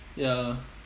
ya